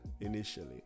initially